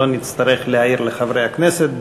שלא נצטרך להעיר לחברי הכנסת,